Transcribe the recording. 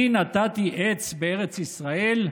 "אני נטעתי עץ בארץ ישראל"?